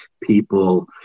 people